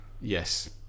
Yes